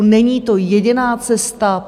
Není to jediná cesta.